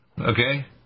Okay